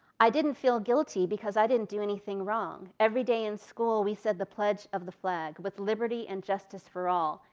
i didn't feel guilty because i didn't do anything wrong. every day in school, we said the pledge of the flag with liberty and justice for all.